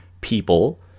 people